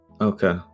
Okay